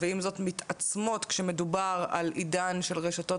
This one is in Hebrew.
ועם זאת מתעצמות כשמדובר על עידן של רשתות